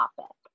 topic